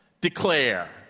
declare